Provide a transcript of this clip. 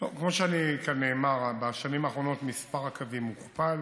כמו שכאן נאמר, בשנים האחרונות מספר הקווים הוכפל,